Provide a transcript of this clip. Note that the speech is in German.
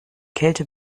kälte